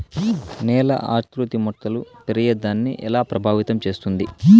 నేల ఆకృతి మొక్కలు పెరిగేదాన్ని ఎలా ప్రభావితం చేస్తుంది?